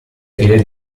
file